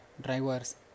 drivers